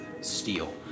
steel